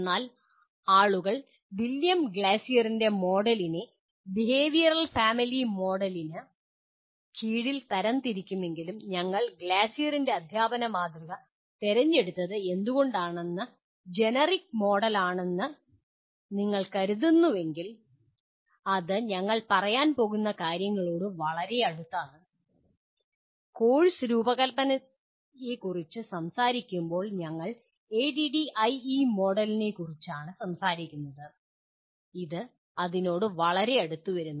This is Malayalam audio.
എന്നാൽ ആളുകൾ വില്യം ഗ്ലാസറിന്റെ മോഡലിനെ ബിഹേവിയറൽ ഫാമിലി മോഡലിന് കീഴിൽ തരംതിരിക്കുമെങ്കിലും നിങ്ങൾ ഗ്ലാസറിന്റെ അദ്ധ്യാപന മാതൃക തിരഞ്ഞെടുത്തത് എന്തുകൊണ്ടാണെന്ന് ജനറിക് മോഡലാണെന്ന് നിങ്ങൾ കരുതുന്നുവെങ്കിൽ അത് ഞങ്ങൾ പറയാൻ പോകുന്ന കാര്യങ്ങളോട് വളരെ അടുത്താണ് കോഴ്സ് രൂപകൽപ്പനയെക്കുറിച്ച് സംസാരിക്കുമ്പോൾ ഞങ്ങൾ ADDIE മോഡലിനെക്കുറിച്ചാണ് സംസാരിക്കുന്നത് ഇത് അതിനോട് വളരെ അടുത്ത് വരുന്നു